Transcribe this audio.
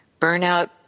burnout